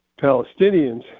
Palestinians